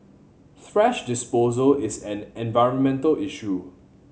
thrash disposal is an environmental issue